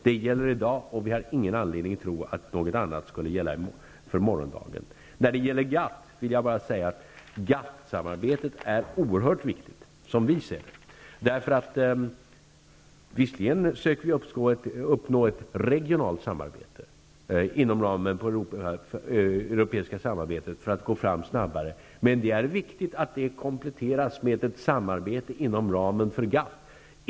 Det gäller i dag, och vi har ingen anledning att tro att något annat skulle gälla för morgondagen. GATT-samarbetet är som vi ser det oerhört viktigt. Visserligen söker vi uppnå ett regionalt samarbete inom ramen för det europeiska samarbetet för att gå fram snabbare, men det är viktigt att det kompletteras med ett samarbete inom ramen för GATT.